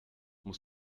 muss